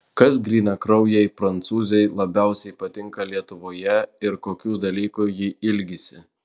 kas grynakraujei prancūzei labiausiai patinka lietuvoje ir kokių dalykų ji ilgisi